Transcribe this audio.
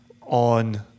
on